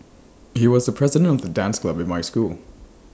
he was the president of the dance club in my school